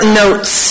notes